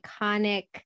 iconic